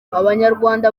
abanyarwanda